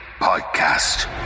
Podcast